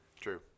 true